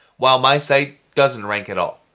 while my site doesn't rank at all.